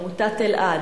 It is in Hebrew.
עמותת אלע"ד,